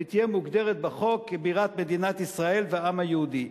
והיא תהיה מוגדרת בחוק בירת מדינת ישראל והעם היהודי.